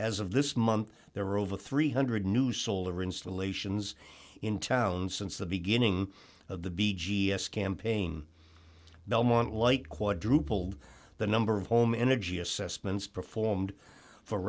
as of this month there were over three hundred new solar installations in town since the beginning of the b g s campaign belmont light quadrupled the number of home energy assessments performed for